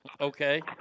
Okay